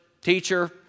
teacher